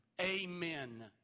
Amen